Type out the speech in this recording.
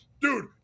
Dude